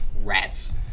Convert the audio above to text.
Rats